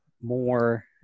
more